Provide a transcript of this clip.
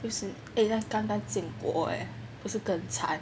就是 eh last time 在建国 leh 不是更惨